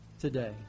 today